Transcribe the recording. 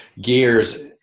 gears